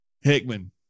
Hickman